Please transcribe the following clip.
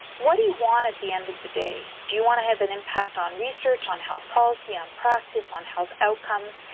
what do you want at the end of the day? do you want to have an impact on research, on health policy, on practice, on health outcomes?